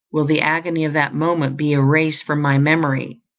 will the agony of that moment be erased from my memory.